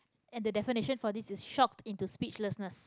and the definition for this is shocked into speechlessness